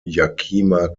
yakima